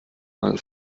mal